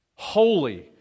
holy